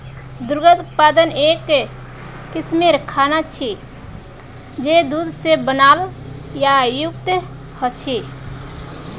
दुग्ध उत्पाद एक किस्मेर खाना छे जये दूध से बनाल या युक्त ह छे